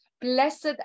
Blessed